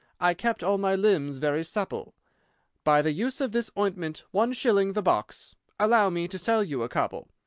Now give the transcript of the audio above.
i kept all my limbs very supple by the use of this ointment one shilling the box allow me to sell you a couple?